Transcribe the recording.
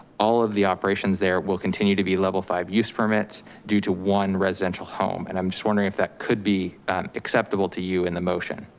all of the operations there will continue to be level five use permits due to one residential home. and i'm just wondering if that could be acceptable to you in the motion?